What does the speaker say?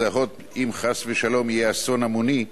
אם חס ושלום יהיה אסון המוני,